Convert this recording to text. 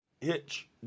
hitch